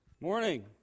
Morning